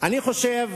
אני חושב